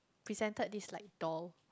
presented this like doll